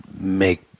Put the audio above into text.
make